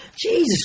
Jesus